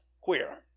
queer